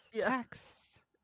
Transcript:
Tax